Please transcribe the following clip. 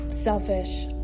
Selfish